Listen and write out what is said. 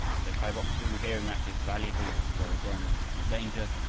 so kai bok-su, hearing that his valuables were again in danger,